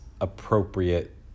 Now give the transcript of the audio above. appropriate